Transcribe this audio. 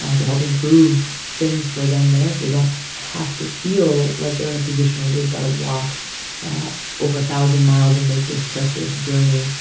ah to help improve things for them there so they don't have to feel like they're in a position where they've got to walk over a thousand miles and make this treacherous journey,